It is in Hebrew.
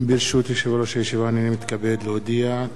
ברשות יושב-ראש הישיבה, הנני מתכבד להודיעכם, כי,